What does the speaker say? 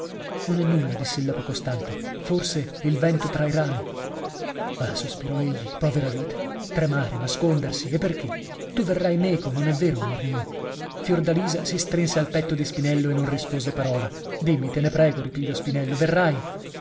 non è nulla diss'ella poco stante forse il vento tra i rami ah sospirò egli povera vita tremare nascondersi e perchè tu verrai meco non è vero amor mio fiordalisa si strinse al petto di spinello e non rispose parola dimmi te ne prego ripigliò spinello verrai